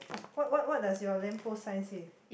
what what what does your lamp post sign say